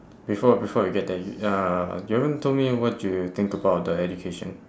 before before you get there y~ y~ uh you haven't told me what you think about the education